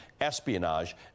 espionage